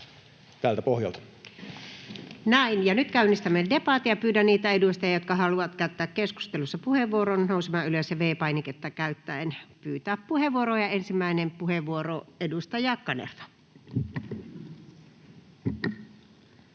Näin. — Ja nyt käynnistämme debatin. Pyydän niitä edustajia, jotka haluavat käyttää keskustelussa puheenvuoron, nousemaan ylös ja V‑painiketta käyttäen pyytämään puheenvuoroa. — Ensimmäinen puheenvuoro, edustaja Kanerva.